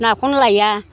नाखौनो लाइया